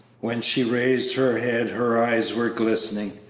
when she raised her head her eyes were glistening.